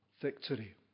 victory